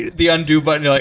the undo button, you're like,